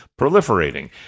proliferating